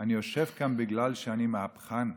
אני יושב כאן בגלל שאני מהפכן,